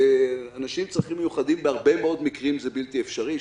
לאנשים עם צרכים מיוחדים בהרבה מאוד מקרים זה בלתי אפשרי.